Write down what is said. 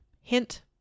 Hint